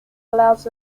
allows